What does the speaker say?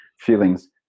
feelings